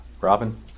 Robin